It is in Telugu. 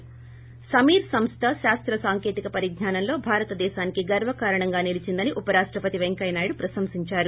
ి సమీర్ సంస్థ శాస్త్ర సాంకేతిక పరిజ్ఞానంలో భారతదేశానికి గర్వకారణంగా నిలీచిందని ఉపరాష్ణపతి వెంకయ్యనాయుడు ప్రశంసించారు